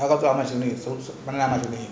how much only